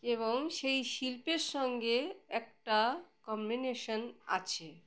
এবং সেই শিল্পের সঙ্গে একটা কম্বিনেশান আছে